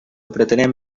pretenem